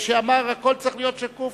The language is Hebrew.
שאמר: הכול צריך להיות שקוף.